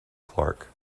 clark